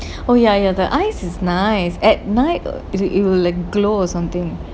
oh ya ya the eyes is nice at night it will like glow or something